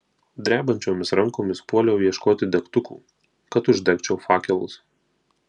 drebančiomis rankomis puoliau ieškoti degtukų kad uždegčiau fakelus